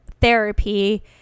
therapy